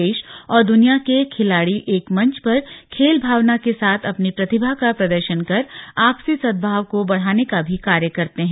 देश और दुनिया के खिलाड़ी एक मंच पर खेल भावना के साथ अपनी प्रतिभा का प्रदर्शन कर आपसी सद्भाव को बढाने का भी कार्य करते हैं